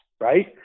Right